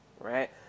right